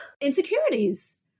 Insecurities